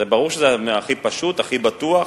זה ברור שזה הכי פשוט, הכי בטוח,